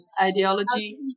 ideology